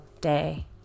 day